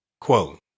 Quote